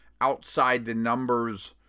outside-the-numbers